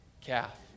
calf